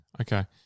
Okay